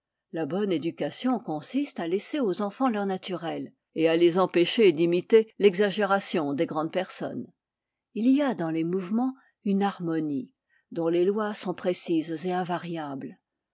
la bonne éducation consiste à laisser aux enfants leur naturel et à les empêcher d'imiter l'exagération des grandes personnes il y a dans les mouvements une harmonie dont les lois sont précises et invariables